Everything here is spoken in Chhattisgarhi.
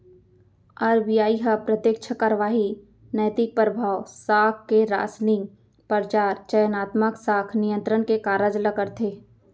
आर.बी.आई ह प्रत्यक्छ कारवाही, नैतिक परभाव, साख के रासनिंग, परचार, चयनात्मक साख नियंत्रन के कारज ल करथे